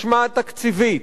משמעת תקציבית,